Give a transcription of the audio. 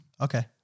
Okay